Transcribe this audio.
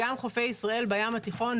גם חופי ישראל בים התיכון,